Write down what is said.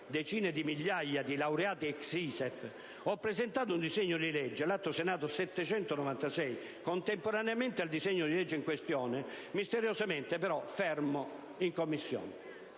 decine di migliaia - ho presentato un disegno di legge (Atto Senato n. 796) contemporaneamente al disegno di legge in questione, misteriosamente fermo, però, in Commissione.